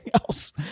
else